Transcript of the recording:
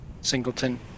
Singleton